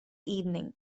evening